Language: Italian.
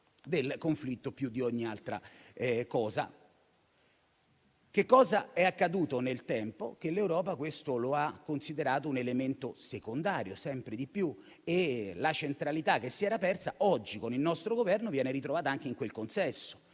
del conflitto più di ogni altra cosa. Nel tempo, l'Europa questo lo ha considerato un elemento secondario, sempre di più. La centralità che si era persa, oggi, con il nostro Governo viene ritrovata anche in quel consesso.